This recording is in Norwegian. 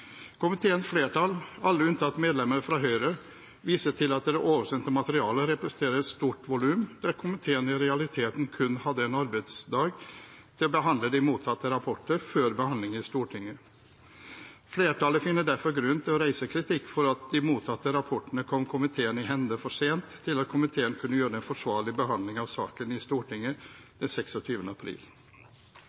Komiteens flertall, alle unntatt medlemmene fra Høyre, viser til at det oversendte materialet representerer et stort volum, der komiteen i realiteten kun hadde én arbeidsdag til å behandle de mottatte rapporter før behandlingen i Stortinget. Flertallet finner derfor grunn til å reise kritikk for at de mottatte rapportene kom komiteen i hende for sent til at komiteen kunne gjøre en forsvarlig behandling av saken i Stortinget den 26. april.